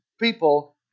people